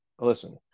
listen